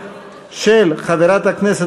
חברת הכנסת